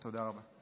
תודה רבה.